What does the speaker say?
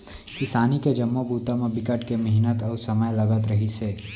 किसानी के जम्मो बूता म बिकट के मिहनत अउ समे लगत रहिस हे